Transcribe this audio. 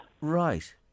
Right